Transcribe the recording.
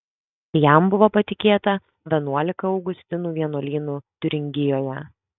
jam buvo patikėta vienuolika augustinų vienuolynų tiuringijoje